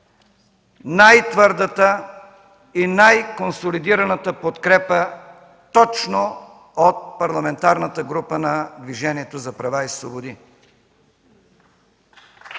най-твърдата и най-консолидираната подкрепа точно от Парламентарната група на Движението за права и свободи.